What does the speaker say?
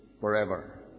forever